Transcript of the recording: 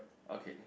okay